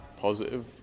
positive